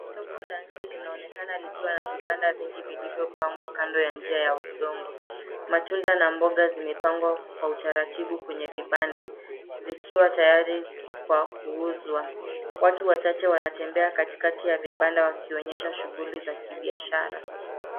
Soko la nje linaonekana likiwa na vibanda vingi vilivyopangwa kando ya njia ya udongo. Matunda na mboga zimepangwa kwa utaratibu kwenye vibanda vikiwa tayari kwa kuuzwa. Watu wachache wanatembea katikati ya vibanda wakionyesha shughuli za kibiashara.